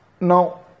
now